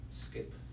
Skip